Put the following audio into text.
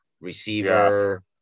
receiver